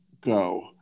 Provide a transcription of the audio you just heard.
go